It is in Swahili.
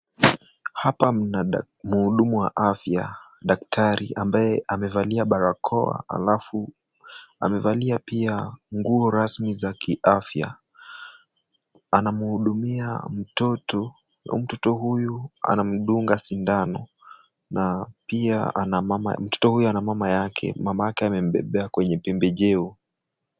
Hapa mna mhudumu wa afya, daktari ambaye amevalia barakoa halafu amevalia pia nguo rasmi za kiafya. Anamhudumia mtoto. Mtoto huyu anamdunga sindano na pia mtoto huyu ana mama yake. Mama yake amembeba kwenye pembejeo.